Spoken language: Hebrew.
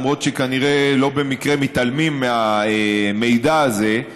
למרות שכנראה לא במקרה מתעלמים מהמידע הזה,